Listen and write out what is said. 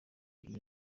iyi